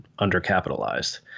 undercapitalized